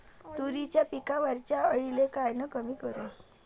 तुरीच्या पिकावरच्या अळीले कायनं कमी करू?